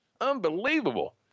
Unbelievable